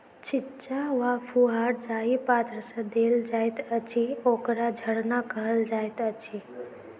छिच्चा वा फुहार जाहि पात्र सँ देल जाइत अछि, ओकरा झरना कहल जाइत अछि